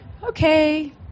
okay